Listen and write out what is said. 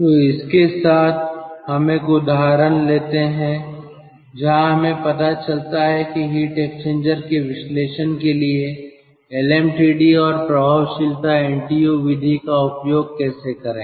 तो इसके साथ हम एक उदाहरण लेते हैं जहां हमें पता चलता है कि हीट एक्सचेंजर के विश्लेषण के लिए LMTD और प्रभावशीलता NTU विधि का उपयोग कैसे करें